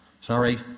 Sorry